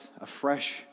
afresh